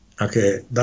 Okay